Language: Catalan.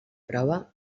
prova